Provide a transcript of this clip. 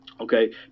Okay